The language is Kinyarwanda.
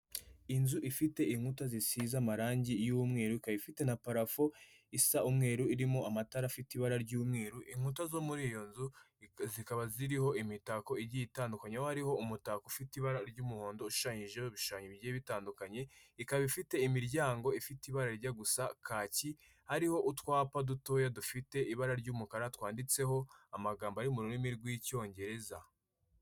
Inzu ifite inkuta zisize amarangi y'umweru ikaba ifite na parafo isa umweru irimo amatara afite ibara ry'umweru inkuta zo muri iyo nzu zikaba ziriho imitako igiye itandukanyekanya aho hariho umutako ufite ibara ry'umuhondo ushushanyijeho ibishanyo bitandukanye ikaba ifite imiryango ifite ibara rijya gusa kaki hariho utwapa dutoya dufite ibara ry'umukara twanditseho amagambo ari mu rurimi rw'icyongereza.